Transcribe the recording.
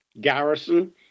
Garrison